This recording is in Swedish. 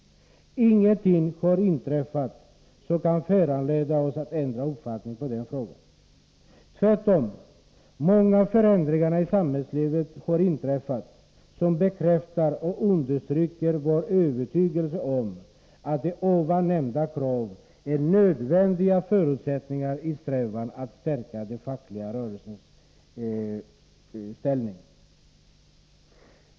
Ingenting har inträffat som kan föranleda oss att ändra uppfattning i den här frågan. Tvärtom! Många förändringar i samhället har inträffat, som bekräftar och understryker vår övertygelse om att ett uppfyllande av nu nämnda krav är en nödvändig förutsättning i strävan att stärka den fackliga rörelsens ställning.